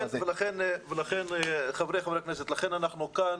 לכן אנחנו כאן.